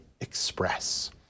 express